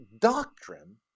doctrine